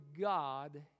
God